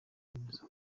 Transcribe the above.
bemeza